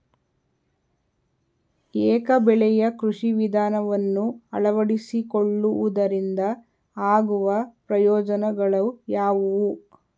ಏಕ ಬೆಳೆಯ ಕೃಷಿ ವಿಧಾನವನ್ನು ಅಳವಡಿಸಿಕೊಳ್ಳುವುದರಿಂದ ಆಗುವ ಪ್ರಯೋಜನಗಳು ಯಾವುವು?